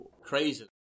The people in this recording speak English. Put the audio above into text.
crazy